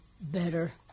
better